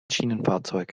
schienenfahrzeug